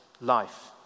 life